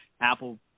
Apple